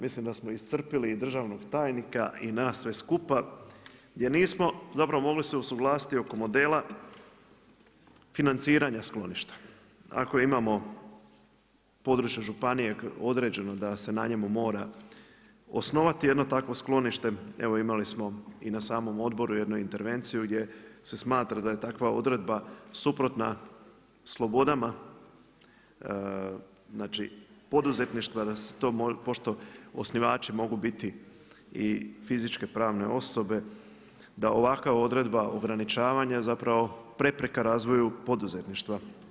Mislim da smo iscrpili i državnog tajnika i nas sve skupa, jer nismo dobro mogli se usuglasiti oko modela financiranja skloništa ako imamo područne županije određeno da se na njemu mora osnovati jedno takvo sklonište, evo imali smo i na samom odboru jednu intervenciju gdje se smatra da je takva odredba suprotna slobodama poduzetništva pošto osnivači mogu biti i fizičke pravne osobe da ovakva odredba ograničavanja zapravo prepreka razvoju poduzetništva.